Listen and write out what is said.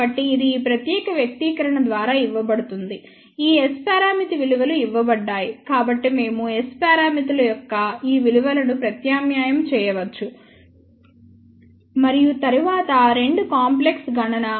కాబట్టి ఇది ఈ ప్రత్యేక వ్యక్తీకరణ ద్వారా ఇవ్వబడుతుంది ఈ S పారామితి విలువలు ఇవ్వబడ్డాయి కాబట్టి మేము S పారామితులు యొక్క ఈ విలువలను ప్రత్యామ్నాయం చేయవచ్చు మరియు తరువాత రెండు కాంప్లెక్స్ గణన